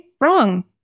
wrong